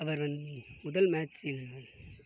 அவர் முதல் மேட்சில்